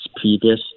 Previous